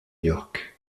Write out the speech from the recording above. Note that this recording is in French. york